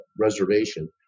reservation